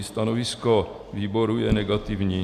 Stanovisko výboru je negativní.